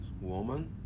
woman